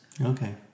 Okay